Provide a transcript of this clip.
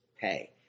pay